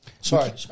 Sorry